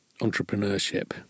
entrepreneurship